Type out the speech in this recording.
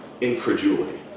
incredulity